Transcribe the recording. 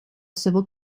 civil